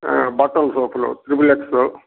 బట్టల సోపులు త్రిబులెక్స్